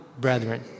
brethren